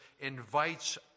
invites